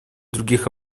других